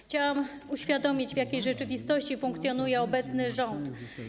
Chciałabym uświadomić, w jakiej rzeczywistości funkcjonuje obecny rząd.